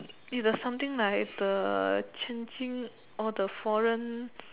is the something like the changing or the foreign